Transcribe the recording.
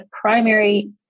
primary